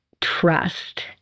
trust